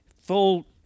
full